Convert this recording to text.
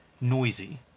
noisy